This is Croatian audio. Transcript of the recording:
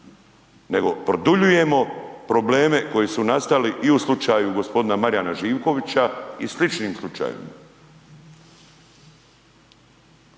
nego produljujemo probleme koji su nastali i u slučaju gospodina Marijana Živkovića i sličnim slučajevima.